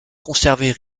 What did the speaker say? conserver